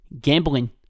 Gambling